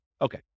Okay